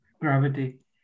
gravity